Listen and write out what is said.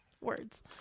Words